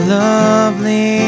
lovely